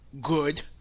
good